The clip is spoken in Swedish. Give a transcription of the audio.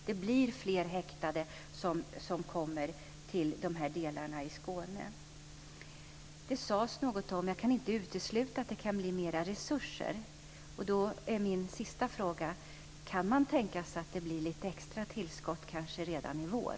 Det blir fler häktade som kommer till de här delarna av Skåne. Det sades något om att justitieministern inte kan utesluta att det kan bli mera resurser. Då är min sista fråga: Kan man tänka sig att det blir lite extra tillskott, kanske redan i vår?